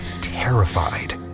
terrified